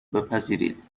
بپذیرید